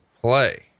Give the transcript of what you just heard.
play